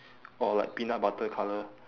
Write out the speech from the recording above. or like peanut butter colour